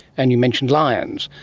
and you mentioned lions.